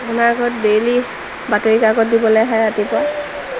আপোনাৰ আগত ডেইলি বাতৰিকাকত দিবলৈ আহে ৰাতিপুৱা